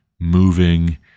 moving